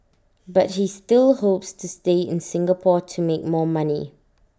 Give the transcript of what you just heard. but he still hopes to stay in Singapore to make more money